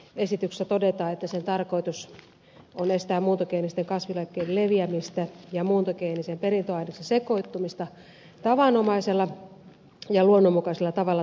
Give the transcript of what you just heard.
esityksessä todetaan että sen tarkoitus on estää muuntogeenisten kasvilajikkeiden leviämistä ja muuntogeenisen perintöaineksen sekoittumista tavanomaisella ja luonnonmukaisella tavalla tuotettuihin viljelykasveihin